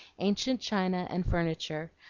ancient china and furniture,